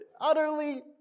utterly